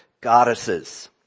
goddesses